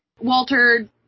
Walter